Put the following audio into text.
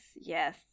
yes